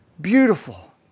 beautiful